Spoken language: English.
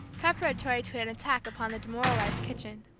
preparatory to an attack upon the demoralized kitchen.